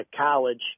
college